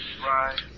Right